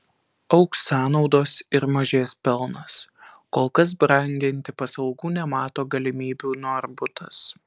augs sąnaudos ir mažės pelnas kol kas branginti paslaugų nemato galimybių norbutas